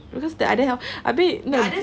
because the others how habis